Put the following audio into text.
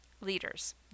leaders